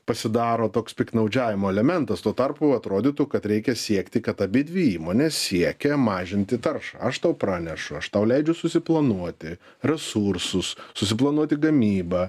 pasidaro toks piktnaudžiavimo elementas tuo tarpu atrodytų kad reikia siekti kad abidvi įmonės siekia mažinti taršą aš tau pranešu aš tau leidžiu susiplanuoti resursus susiplanuoti gamybą